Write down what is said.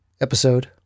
episode